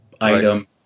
item